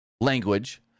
language